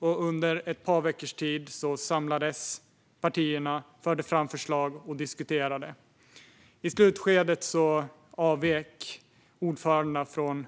Under ett par veckors tid samlades partierna, förde fram förslag och diskuterade. I slutskedet avvek ordförandena från